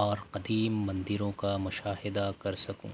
اور قدیم مندروں کا مشاہدہ کر سکوں